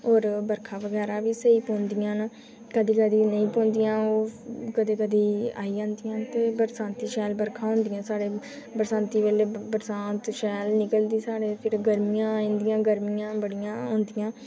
होर बर्खा बगैरा बी स्हेई पौंदियां न कदें कदें नेईं पौंदियां ओह् कदें कदें बरसांत होंदी साढ़े फिर गर्मियां आंदियां गर्मियां बड़ियां होंदियां